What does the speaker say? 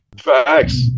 facts